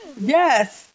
Yes